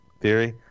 theory